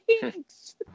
Thanks